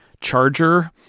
charger